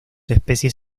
especies